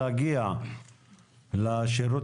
קוראים לזה אגרת שמירה אבל זה אגרת שמירה וגם סדר